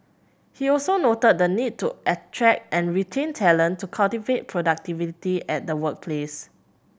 he also noted the need to attract and retain talent to cultivate productivity at the workplace